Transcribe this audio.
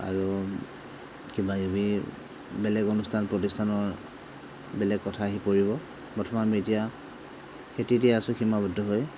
আৰু কিবাকিবি বেলেগ অনুষ্ঠান প্ৰতিষ্ঠানৰ বেলেগ কথা আহি পৰিব প্ৰথম আমি এতিয়া খেতিতেই আছোঁ সীমাবদ্ধ হৈ